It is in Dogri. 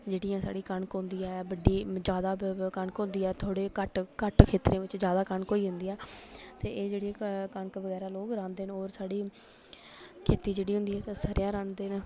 बड्डी जादा कनक होंदी ऐ थोह्ड़े घट्ट घट्ट खेत्रें बिच जादा कनक होई जंदी ऐ ते एह् जेह्ड़ी कनक बगैरा लोग राह्ंदे न और साढ़ी खेती जेह्ड़ी होंदी एह्दे च स'रेंआं राह्ंदे न